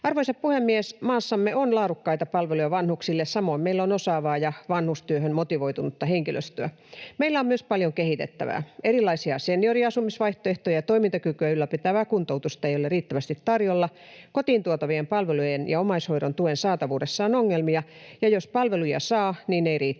Arvoisa puhemies! Maassamme on laadukkaita palveluja vanhuksille, samoin meillä on osaavaa ja vanhustyöhön motivoitunutta henkilöstöä. Meillä on myös paljon kehitettävää. Erilaisia senioriasumisvaihtoehtoja ja toimintakykyä ylläpitävää kuntoutusta ei ole riittävästi tarjolla. Kotiin tuotavien palvelujen ja omaishoidon tuen saatavuudessa on ongelmia, ja jos palveluja saa, niin ei riittävästi.